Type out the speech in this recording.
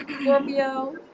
Scorpio